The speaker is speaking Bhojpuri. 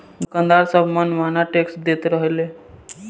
दुकानदार सब मन माना टैक्स लेत रहले